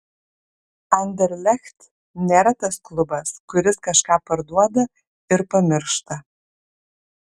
anderlecht nėra tas klubas kuris kažką parduoda ir pamiršta